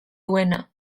duena